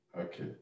Okay